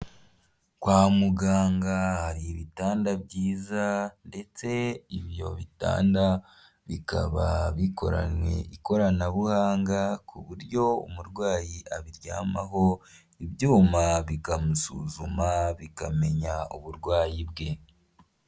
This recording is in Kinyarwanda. Kwa muganga hari ibitanda byiza, ndetse ibyo bitanda bikaba bikoranwe ikoranabuhanga, ku buryo umurwayi abiryamaho ibyuma bikamusuzuma bikamenya uburwayi bwe.